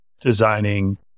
designing